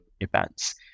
events